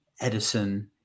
Edison